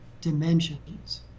dimensions